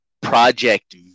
Project